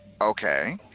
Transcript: Okay